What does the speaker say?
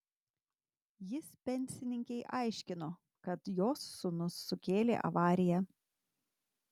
jis pensininkei aiškino kad jos sūnus sukėlė avariją